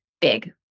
big